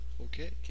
Okay